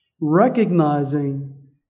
recognizing